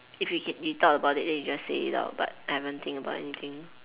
if you can thought about it then you can just say it out but I haven't think about anything